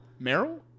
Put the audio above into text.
Meryl